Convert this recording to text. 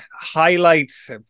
highlights